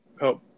help